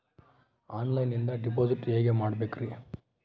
ಆನ್ಲೈನಿಂದ ಡಿಪಾಸಿಟ್ ಹೇಗೆ ಮಾಡಬೇಕ್ರಿ?